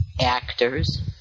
actors